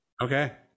Okay